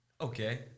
Okay